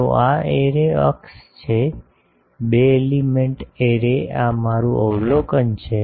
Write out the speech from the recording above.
તો આ એરે અક્ષ છે બે એલિમેન્ટ એરે આ મારું અવલોકન છે